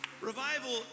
revival